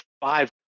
five